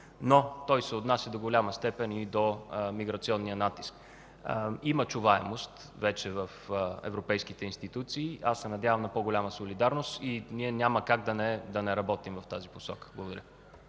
но той се отнася до голяма степен и до миграционния натиск. Има чуваемост вече в европейските институции. Аз се надявам на по-голяма солидарност и ние няма как да не работим в тази посока. Благодаря.